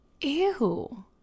Ew